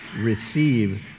receive